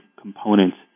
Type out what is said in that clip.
components